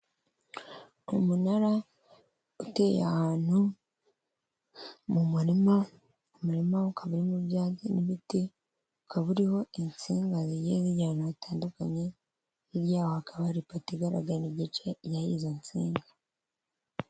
Umunara uteye ahantu mu murima, umurima ukaba urimo ibyatsi n'ibiti, ukaba uriho insinga zigiye zijya ahantu hatandukanye, hirya yaho hakaba hari ipoto igaragara igice iriho ijyaho nsinga.